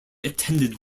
attended